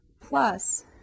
plus